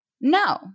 No